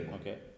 Okay